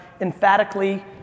emphatically